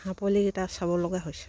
হাঁহ পোৱালিকিটা চাবলগীয়া হৈছে